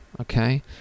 okay